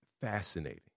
fascinating